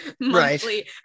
monthly